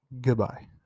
goodbye